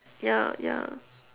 ya ya